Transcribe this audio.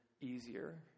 easier